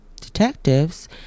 detectives